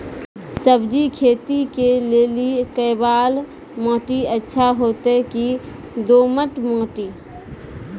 सब्जी खेती के लेली केवाल माटी अच्छा होते की दोमट माटी?